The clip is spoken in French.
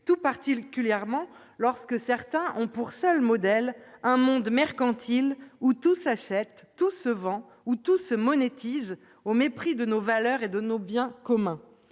tout particulièrement salué lorsque certains ont pour seul modèle un monde mercantile, où tout s'achète, tout se vend, se monétise, au mépris de nos valeurs et de nos biens communs.